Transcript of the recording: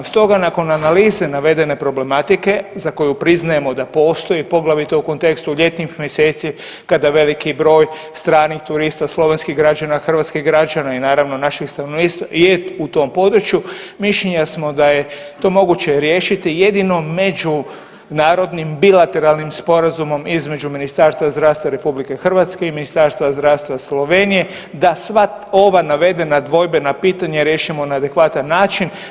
Stoga nakon analize navedene problematike za koju priznajemo da postoji poglavito u kontekstu ljetnih mjeseci kada veliki broj stranih turista slovenskih građana, hrvatskih građana i naravno našeg stanovništva je u tom području mišljenja smo da je to moguće riješiti jedino međunarodnim bilateralnim sporazumom između Ministarstva zdravstva Republike Hrvatske i Ministarstva zdravstva Slovenije da sva ova navedena dvojbena pitanja riješimo na adekvatan način.